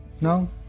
no